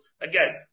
Again